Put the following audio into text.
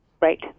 right